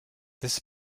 this